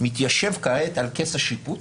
מתיישב כעת על כס השיפוט